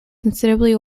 considerably